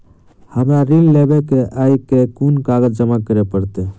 हमरा ऋण लेबै केँ अई केँ कुन कागज जमा करे पड़तै?